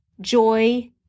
joy